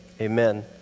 amen